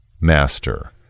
Master